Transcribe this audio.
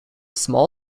small